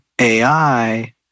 AI